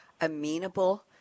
amenable